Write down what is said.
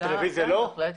אולפן טלוויזיה לא?